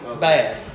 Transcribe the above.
bad